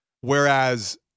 Whereas